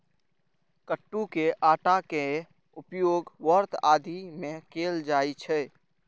कट्टू के आटा के उपयोग व्रत आदि मे कैल जाइ छै